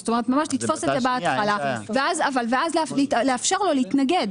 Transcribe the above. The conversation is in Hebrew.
זאת אומרת ממש לתפוס את זה בהתחלה ואז לאפשר לו להתנגד,